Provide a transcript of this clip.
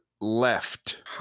left